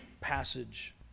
passage